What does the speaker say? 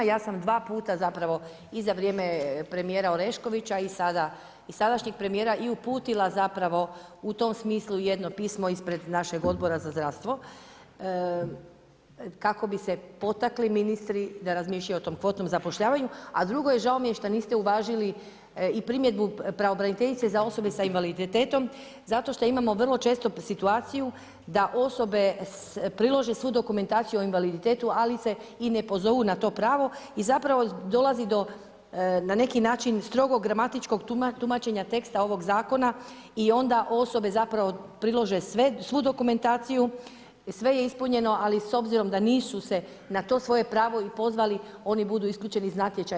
Ja sam dva puta zapravo i za vrijeme premijera Oreškovića i sada i sadašnjeg premijera i uputila zapravo, u tom smislu jedno pismo ispred našeg Odbora za zdravstvo, kako bi se potakli ministri da razmišljaju o tom kvotnom zapošljavanju, a drugo je, žao mi je što niste uvažili i primjedbu pravobraniteljice za osobe s invaliditetom, zato što imamo vrlo često situaciju da osobe prilože svu dokumentaciju o invaliditetu, ali se i ne pozovu na to pravu i zapravo dolazi do, na neki način, strogog gramatičkog tumačenja teksta ovog Zakona i onda osobe zapravo prilože svu dokumentaciju, sve je ispunjeno, ali s obzirom da nisu se na to svoje pravo i pozvali, oni budu isključeni iz natječaja.